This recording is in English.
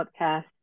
podcast